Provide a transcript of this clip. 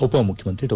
ಉಪಮುಖ್ಯಮಂತ್ರಿ ಡಾ